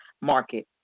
market